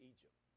Egypt